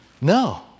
no